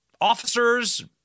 officers